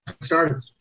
started